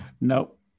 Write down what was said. Nope